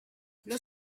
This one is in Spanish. los